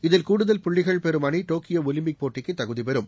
இதில் கூடுதல் புள்ளிகள் பெறும் அணி டோக்கியோ ஒலிம்பிக் போட்டிக்கு தகுதி பெறும்